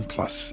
Plus